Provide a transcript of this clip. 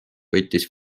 võttis